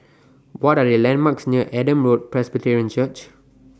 What Are The landmarks near Adam Road Presbyterian Church